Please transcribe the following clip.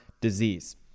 disease